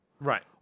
right